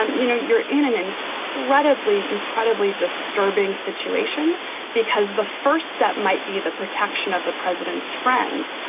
um you know, you're in an incredibly, incredibly disturbing situation because the first step might be the protection of the president's friends.